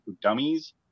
dummies